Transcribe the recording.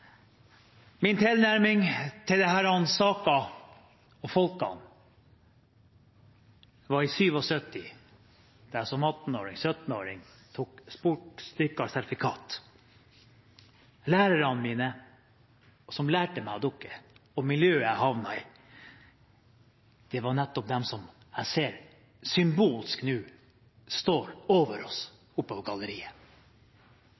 Min tilnærming til denne saken og menneskene var i 1977 da jeg som 17–18-åring tok sportsdykkersertifikat. Lærerne mine, som lærte meg å dykke og miljøet jeg havnet i, var nettopp dem jeg ser symbolsk nå står over